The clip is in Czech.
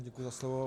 Děkuji za slovo.